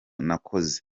nakoze